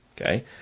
Okay